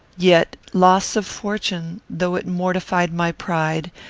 yet loss of fortune, though it mortified my pride,